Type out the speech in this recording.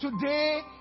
today